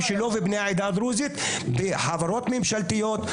שילוב בני העדה הדרוזית בחברות ממשלתיות,